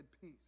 peace